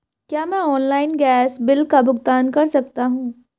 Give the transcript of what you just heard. क्या मैं online gas bill का भुगतान कर सकता हूँ?